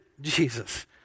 Jesus